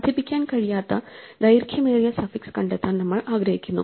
വർദ്ധിപ്പിക്കാൻ കഴിയാത്ത ദൈർഘ്യമേറിയ സഫിക്സ് കണ്ടെത്താൻ നമ്മൾ ആഗ്രഹിക്കുന്നു